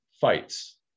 fights